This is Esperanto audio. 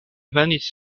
venis